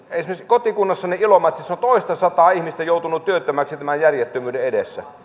esimerkiksi kotikunnassani ilomantsissa on toistasataa ihmistä joutunut työttömäksi tämän järjettömyyden edessä